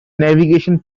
navigation